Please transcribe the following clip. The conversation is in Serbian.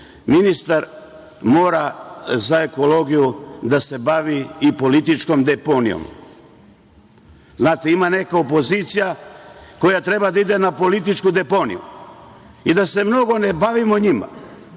ministar za ekologiju mora da se bavi i političkom deponijom. Znate, ima neka opozicija koja treba da ide na političku deponiju i da se mnogo ne bavimo njima.